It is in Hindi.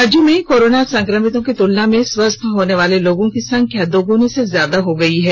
राज्य में कोरोना संक्रमितों की तुलना में स्वस्थ होने वाले लोगों की संख्या दोगुनी से ज्यादा हो चुकी है